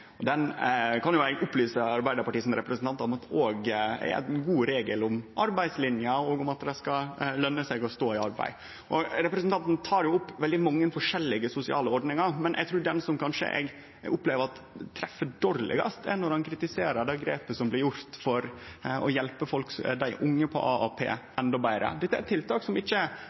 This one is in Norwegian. med». Den kan eg opplyse representanten frå Arbeidarpartiet om at òg er ein god regel om arbeidslinja, og at det skal løne seg å stå i arbeid. Representanten tek opp veldig mange forskjellige sosiale ordningar, men det eg trur kanskje treffer dårlegast, er når han kritiserer det grepet som blir gjort for å hjelpe dei unge på AAP endå betre. Dette er eit tiltak som ikkje kjem frå Kristeleg Folkeparti eller regjeringa, men som er